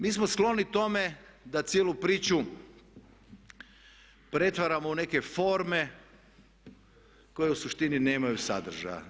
Mi smo skloni tome da cijelu priču pretvaramo u neke forme koje u suštini nemaju sadržaja.